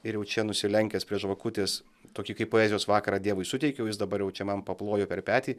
ir jau čia nusilenkęs prie žvakutės tokį kaip poezijos vakarą dievui suteikiau jis dabar jau čia man paplojo per petį